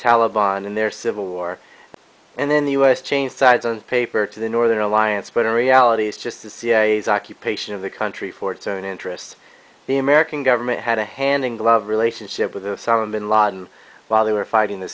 taleban in their civil war and then the us changed sides on paper to the northern alliance but in reality it's just the cia's occupation of the country for its own interests the american government had a handing the love relationship with osama bin laden while they were fighting the